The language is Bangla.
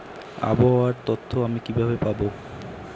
আবহাওয়ার তথ্য আমি কিভাবে পাবো?